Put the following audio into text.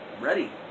ready